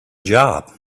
job